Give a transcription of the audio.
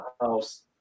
house